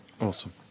Awesome